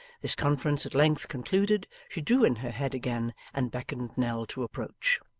this conference at length concluded, she drew in her head again, and beckoned nell to approach.